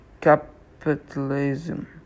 capitalism